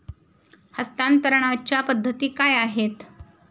हस्तांतरणाच्या पद्धती काय आहेत?